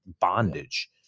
bondage